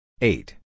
Eight